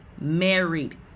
Married